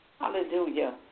Hallelujah